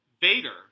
Vader